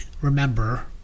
remember